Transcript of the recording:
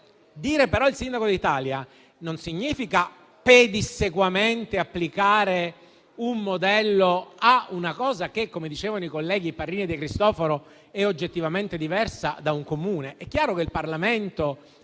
Parlare però di sindaco d'Italia non significa pedissequamente applicare un modello a un contesto che, come dicevano i colleghi Parrini e De Cristofaro, è oggettivamente diversa da un Comune. È chiaro che il Parlamento